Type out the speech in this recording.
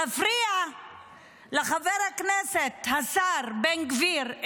מפריע לחבר הכנסת, השר בן גביר,